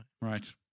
right